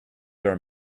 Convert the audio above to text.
are